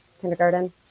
kindergarten